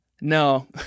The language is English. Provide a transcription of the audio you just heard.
No